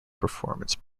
performance